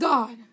God